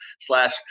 slash